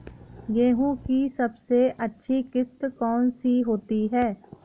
गेहूँ की सबसे अच्छी किश्त कौन सी होती है?